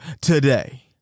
today